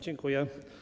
Dziękuję.